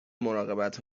مراقبت